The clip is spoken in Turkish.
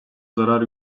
zarar